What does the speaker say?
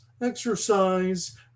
exercise